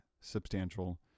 substantial